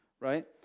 Right